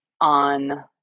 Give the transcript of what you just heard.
on